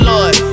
Lord